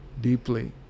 deeply